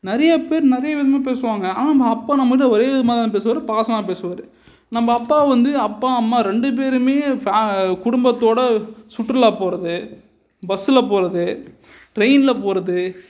நிறைய பேர் நிறைய விதமாக பேசுவாங்க ஆனால் நம்ம அப்பா நம்மக்கிட்ட ஒரே விதமாக தான் பேசுவார் பாசமாக பேசுவார் நம்ப அப்பா வந்து அப்பா அம்மா ரெண்டு பேருமே ஃப குடும்பத்தோட சுற்றுலா போகறது பஸ்ஸில் போகறது ட்ரெயினில் போகறது